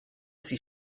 see